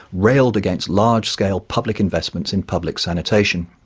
railed against large scale public investments in public sanitation.